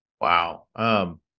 Wow